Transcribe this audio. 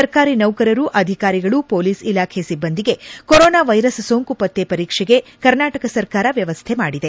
ಸರ್ಕಾರಿ ನೌಕರರು ಅಧಿಕಾರಿಗಳು ಮೊಲಿಸ್ ಇಲಾಖೆ ಸಿಬ್ಬಂದಿಗೆ ಕೊರೊನಾ ವೈರಸ್ ಸೋಂಕು ಪತ್ತೆ ಪರೀಕ್ಷೆಗೆ ಕರ್ನಾಟಕ ಸರ್ಕಾರ ವ್ಯವಸ್ಥೆ ಮಾಡಿದೆ